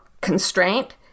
constraint